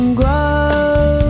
grow